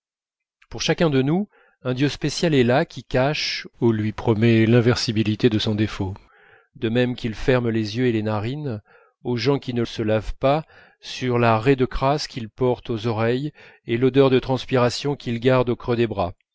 pour chacun de nous un dieu spécial est là qui lui cache ou lui promet l'invisibilité de son défaut de même qu'il ferme les yeux et les narines aux gens qui ne se lavent pas sur la raie de crasse qu'ils portent aux oreilles et l'odeur de transpiration qu'ils gardent au creux des bras